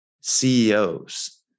CEOs